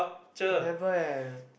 never eh